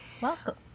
Welcome